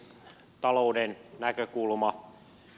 talouden näkökulma